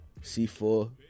C4